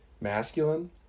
masculine